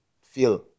feel